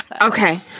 Okay